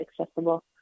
accessible